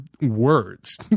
words